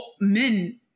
men